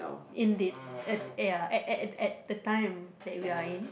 indeed at ya at at at at the time that we are in